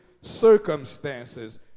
circumstances